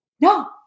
no